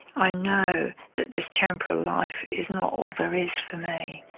i know that this temporal life is not all there is for me,